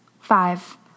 Five